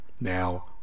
Now